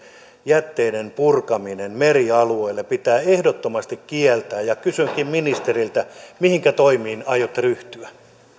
jätteiden purkaminen merialueille pitää ehdottomasti kieltää kysynkin ministeriltä mihinkä toimiin aiotte ryhtyä